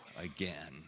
again